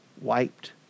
wiped